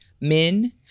men